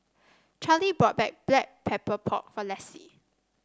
Charley bought Black Pepper Pork for Lessie